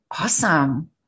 awesome